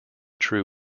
true